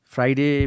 Friday